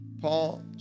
Paul